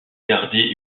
gardait